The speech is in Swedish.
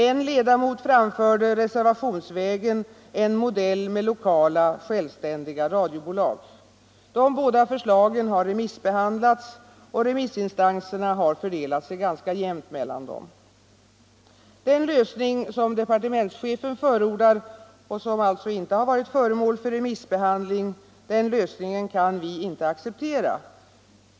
En ledamot framförde reservationsvägen en modell med lokala självständiga radiobolag. Dessa båda förslag har remissbehandlats, och remissinstanserna har delat sig ganska jämnt mellan dem. Den lösning som departementschefen förordar och som sålunda inte varit föremål för remissbehandling kan vi inte acceptera.